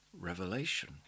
revelation